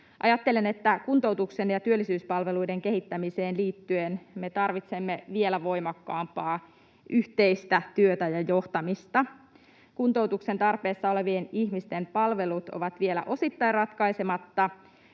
Ajattelen, että kuntoutuksen ja työllisyyspalveluiden kehittämiseen liittyen me tarvitsemme vielä voimakkaampaa yhteistä työtä ja johtamista. Kuntoutuksen tarpeessa olevien ihmisten palvelut ovat vielä osittain ratkaisematta.